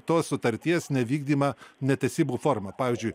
tos sutarties nevykdymą netesybų forma pavyzdžiui